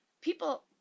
People